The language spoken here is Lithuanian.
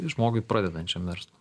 žmogui pradedančiam verslą